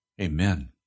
Amen